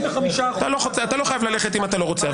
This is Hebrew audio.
אתה לא חייב ללכת אם אתה לא רוצה.